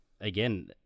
again